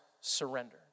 surrender